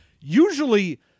usually